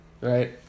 right